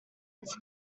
its